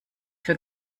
für